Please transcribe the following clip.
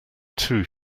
too